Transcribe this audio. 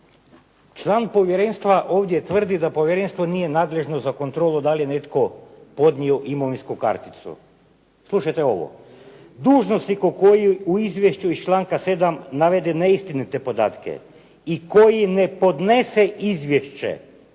Član povjerenstva ovdje tvrdi da povjerenstvo nije nadležno za kontrolu da li je netko podnio imovinsku karticu, slušajte ovo dužnosniku koji u izvješću iz članka 7. navede neistinite podatke i koji ne podnese izvješće